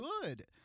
good